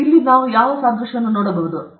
ನಾವು ಸಾದೃಶ್ಯವನ್ನು ನೋಡಬಹುದೇ